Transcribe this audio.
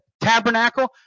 tabernacle